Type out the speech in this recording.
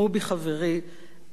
אני מודה, זה נשמע